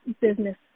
business